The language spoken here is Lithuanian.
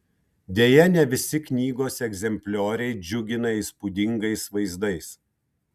deja ne visi knygos egzemplioriai džiugina įspūdingais vaizdais